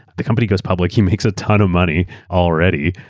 the company goes public. he makes a ton of money already.